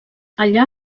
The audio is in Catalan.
allà